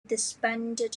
disbanded